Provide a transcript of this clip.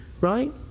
right